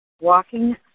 walking